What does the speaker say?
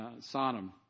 Sodom